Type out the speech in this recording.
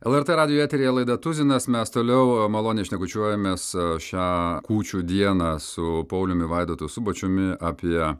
lrt radijo eteryje laida tuzinas mes toliau maloniai šnekučiuojamės šią kūčių dieną su pauliumi vaidotu subačiumi apie